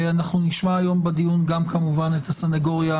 אנחנו נשמע היום בדיון גם כמובן את הסניגוריה